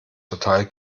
total